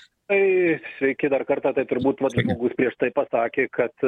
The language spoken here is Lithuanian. tai sveiki dar kartą tai turbūt vat žmogus prieš tai pasakė kad